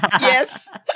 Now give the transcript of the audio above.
Yes